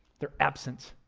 they're absent,